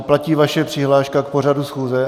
Platí vaše přihláška k pořadu schůze?